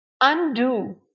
undo